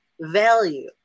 value